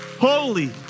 holy